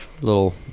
Little